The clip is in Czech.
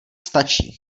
stačí